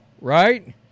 right